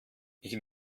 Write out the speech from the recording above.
ich